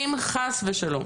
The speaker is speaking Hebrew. אם חס וחלום,